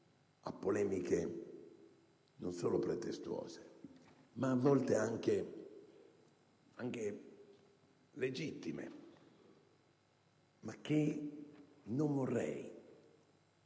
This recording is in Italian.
a polemiche non solo pretestuose ma, a volte, anche legittime, che però non vorrei